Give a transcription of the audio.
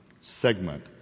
segment